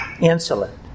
insolent